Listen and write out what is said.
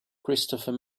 christopher